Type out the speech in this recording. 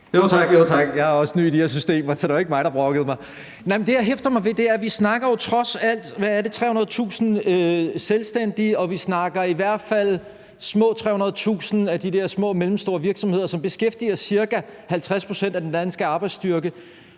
Tak. Jeg er også ny i det system, så det er ikke mig, der brokker mig. Men det, jeg hæfter mig ved, er jo, at vi trods alt snakker, er det 300.000 selvstændige, og at vi i hvert fald snakker små 300.000 af de der små og mellemstore virksomheder, som beskæftiger ca. 50 pct. af den danske arbejdsstyrke.